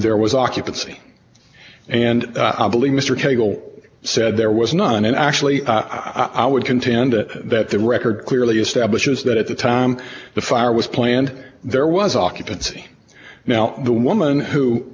there was occupancy and i believe mr cagle said there was none and actually i would contend that the record clearly establishes that at the time the fire was planned there was occupancy now the woman who